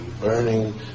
burning